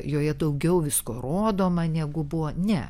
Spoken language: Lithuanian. joje daugiau visko rodoma negu buvo ne